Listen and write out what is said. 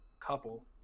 couple